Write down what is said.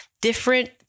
different